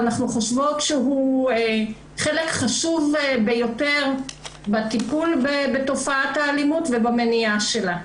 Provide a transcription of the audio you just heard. אנחנו חושבות שהוא חלק חשוב ביותר בטיפול בתופעת האלימות ובמניעה שלה.